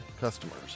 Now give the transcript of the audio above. customers